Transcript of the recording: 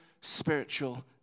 spiritual